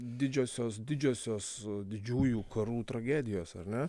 didžiosios didžiosios didžiųjų karų tragedijos ar ne